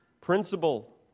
principle